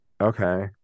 Okay